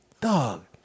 Dog